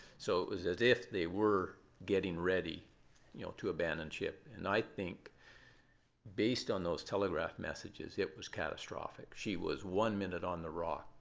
so it was as if they were getting ready you know to abandon ship. and i think based on those telegraph messages, it was catastrophic. she was one minute on the raw,